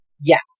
Yes